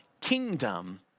kingdom